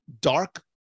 dark